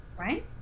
right